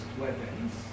weapons